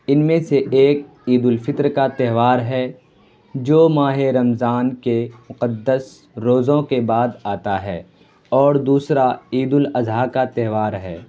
ان میں سے ایک عید الفطر کا تہوار ہے جو ماہِ رمضان کے مقدس روزوں کے بعد آتا ہے اور دوسرا عید الاضحیٰ کا تہوار ہے